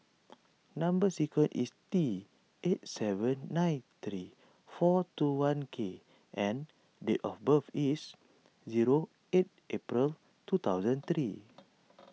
Number Sequence is T eight seven nine three four two one K and date of birth is zero eight April two thousand three